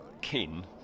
kin